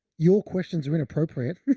your questions were inappropriate.